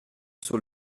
sur